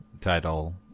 title